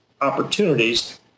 opportunities